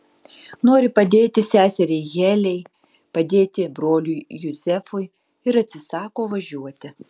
nori padėti seseriai heliai padėti broliui juzefui ir atsisako važiuoti